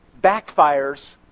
backfires